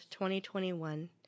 2021